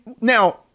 now